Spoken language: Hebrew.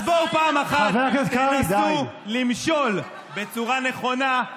אז בואו פעם אחת תנסו למשול בצורה נכונה,